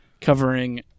covering